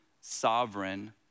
sovereign